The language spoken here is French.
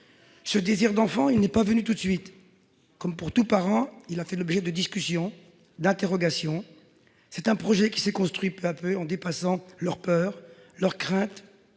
Le désir d'enfant ne leur est pas venu tout de suite ; comme pour tous les parents, il a fait l'objet de discussions, d'interrogations. C'est un projet qu'elles ont construit peu à peu, en dépassant leurs peurs, leur crainte